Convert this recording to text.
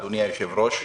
אדוני היושב-ראש,